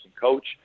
coach